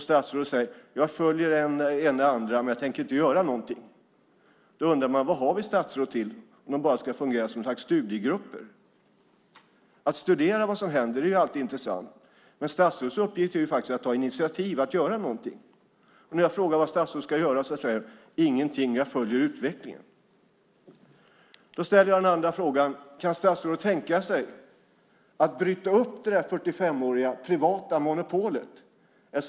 Statsrådet säger: Jag följer än det ena och än det andra, men jag tänker inte göra någonting. Då undrar man: Vad har vi statsråd till om de bara ska fungera som ett slags studiegrupper? Att studera vad som händer är alltid intressant, men statsrådets uppgift är att ta initiativ till att göra någonting. När jag frågar vad statsrådet ska göra säger hon: Ingenting. Jag följer utvecklingen. Då ställer jag den andra frågan: Kan statsrådet tänka sig att bryta upp det 45-åriga privata monopolet?